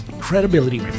credibility